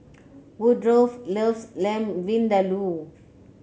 Woodrow loves Lamb Vindaloo